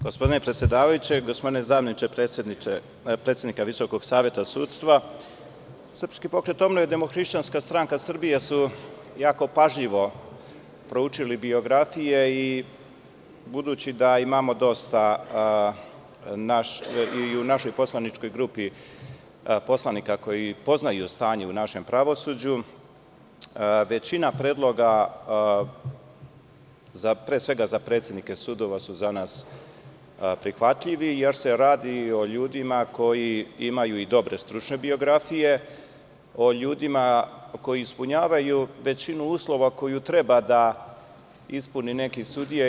Gospodine predsedavajući, gospodine predsedniče Visokog saveta sudstva, SPO i DHSS su jako pažljivo proučili biografije i budući da imamo dosta i u našoj poslaničkoj grupi poslanika koji poznaju stanje u našem pravosuđu, većina predloga pre svega za predsednike sudova su za nas prihvatljivi, jer se radi o ljudima koji imaju i dobre stručne biografije, o ljudima koji ispunjavaju većinu uslova koju treba da ispuni neki sudija.